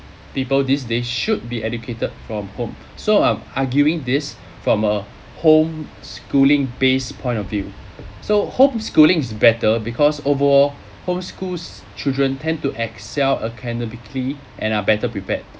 people these days should be educated from home so I'm arguing this from a homeschooling based point of view so homeschooling is better because overall homeschool's children tend to excel academically and are better prepared